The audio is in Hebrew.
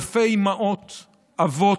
אלפי אימהות, אבות,